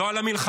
לא על המלחמה.